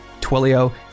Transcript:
Twilio